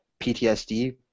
PTSD